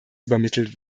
übermittelt